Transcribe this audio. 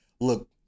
Look